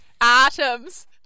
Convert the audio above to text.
Atoms